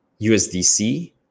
usdc